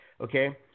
okay